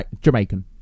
Jamaican